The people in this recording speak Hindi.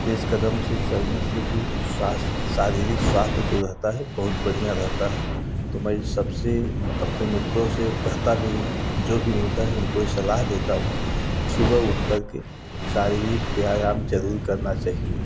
तेज कदम से चलाने से भी स्वास्थ्य शारीरिक स्वास्थ्य जो रहता है बहुत बढ़िया रहता है तो मैं इस सबसे अपने मित्रों से कहता भी हूँ जो भी मिलता है उनको ये सलाह देता हूँ कि सुबह उठ करके शारीरिक व्यायाम जरूर करना चाहिए